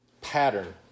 pattern